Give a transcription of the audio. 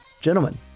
gentlemen